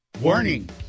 Warning